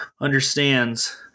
understands